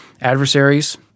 adversaries